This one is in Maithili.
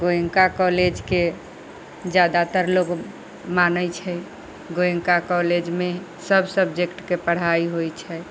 गोयनका कॉलेजके जादातर लोग माने छै गोयनका कॉलेजमे सब सबजेक्टके पढ़ाई होइ छै